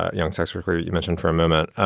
young sex worker, you mentioned for a moment,